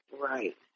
Right